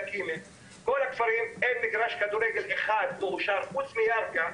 בכל הכפרים אין מגרש כדורגל מאושר אחד חוץ מירכא,